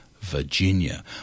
virginia